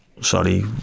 sorry